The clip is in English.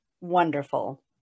wonderful